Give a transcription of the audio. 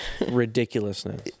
Ridiculousness